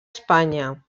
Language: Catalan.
espanya